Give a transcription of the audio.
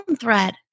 thread